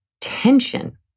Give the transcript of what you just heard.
tension